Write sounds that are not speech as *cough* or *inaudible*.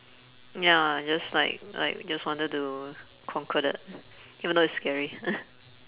ya just like like just wanted to conquer that even though it's scary *noise*